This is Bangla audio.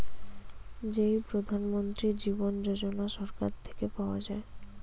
যেই প্রধান মন্ত্রী জীবন যোজনা সরকার থেকে পাওয়া যায়